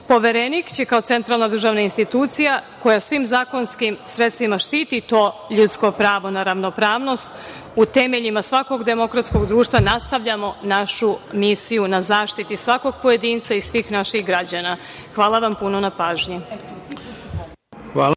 države. Poverenik će kao centralna državna institucija, koja svim zakonskim sredstvima štiti to ljudsko pravo na ravnopravnost u temeljima svakog demokratskog društva nastavljamo našu misiju na zaštiti svakog pojedinca i svih naših građana. Hvala vam puno na pažnji.